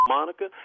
Monica